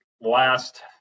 last